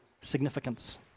significance